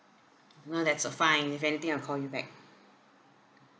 no that's uh fine if anything I will call you back